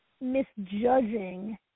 misjudging